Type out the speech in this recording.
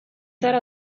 zara